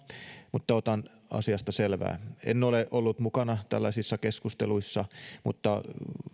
mutta otan asiasta selvää en ole ollut mukana tällaisissa keskusteluissa mutta